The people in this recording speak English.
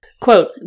Quote